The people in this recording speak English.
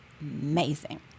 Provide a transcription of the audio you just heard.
amazing